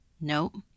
Nope